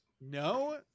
No